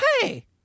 hey